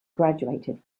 graduated